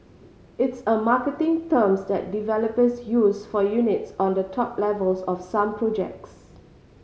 it's a marketing terms that developers use for units on the top levels of some projects